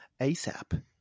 ASAP